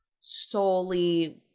solely